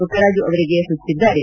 ಪುಟ್ಟರಾಜು ಅವರಿಗೆ ಸೂಚಿಸಿದ್ದಾರೆ